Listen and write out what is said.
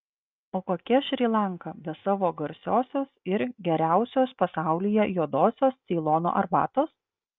o kokia šri lanka be savo garsiosios ir geriausios pasaulyje juodosios ceilono arbatos